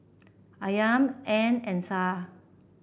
Iman Ain and Syah